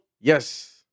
Yes